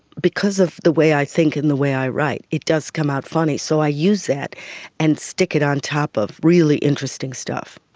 because of the way i think and the way i write, it does come out funny, so i use that and stick it on top of really interesting stuff.